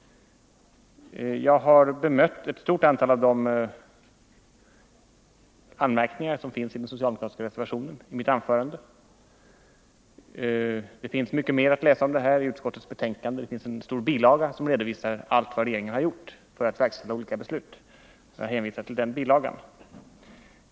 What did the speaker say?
Jag har i mitt anförande bemött ett stort antal av de anmärkningar som finns i den socialdemokratiska reservationen. Det står mycket mer att läsa i utskottets betänkande. Där finns en stor bilagedel som redovisar allt regeringen gjort för att verkställa olika beslut. Jag hänvisar till de bilagorna.